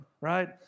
right